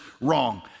wrong